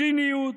ציניות,